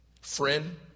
Friend